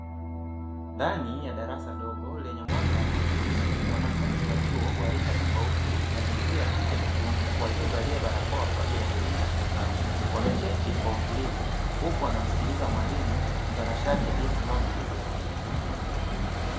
Ndani ya darasa dogo lenye mwanga hafifu, wanafunzi wa chuo wa rika tofauti na jinsia ya kike na kiume waliovalia barakoa kwa ajili ya kulinda afya zao, wameketi kwa utulivu huku wanamsikiliza mwalimu mtanashati aliyesimama mbele yao.